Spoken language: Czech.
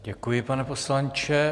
Děkuji, pane poslanče.